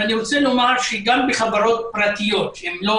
אני רוצה לומר שגם בחברות פרטיות שהן לא